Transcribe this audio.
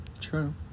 true